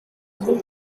able